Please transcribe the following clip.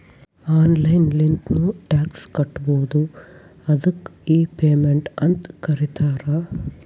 online ಲಿಂತ್ನು tax ಕಟ್ಬೋದು ಅದ್ದುಕ್ ಇ ಪೇಮೆಂಟ್ ಅಂತ್ ಕರೀತಾರ